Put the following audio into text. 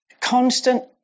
constant